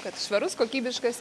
kad švarus kokybiškas